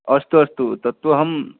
अस्तु अस्तु तत्तु अहम्